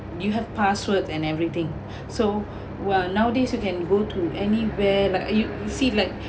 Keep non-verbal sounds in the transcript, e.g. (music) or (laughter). you have passwords and everything (breath) so well nowadays you can go to any where like you see like